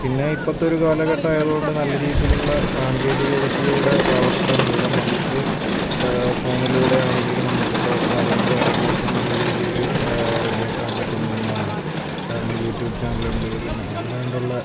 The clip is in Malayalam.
പിന്നെ ഇപ്പോഴത്തൊരു കാലഘട്ടമായതുകൊണ്ട് നല്ല രീതിയിലുള്ള സാങ്കേതികവിദ്യയുടെ വളർച്ച മൂലം നമുക്ക് ഫോണിലൂടെയാണെങ്കിലും നമുക്കിപ്പോൾ വരയും കാര്യങ്ങളൊക്കെ നല്ല രീതിയിൽ റെഡിയാക്കാൻ പറ്റുന്ന ഒന്നാണ് കാരണം യൂട്യൂബ് ചാനൽ ഉണ്ട് പിന്നെ അല്ലാണ്ട് ഉള്ള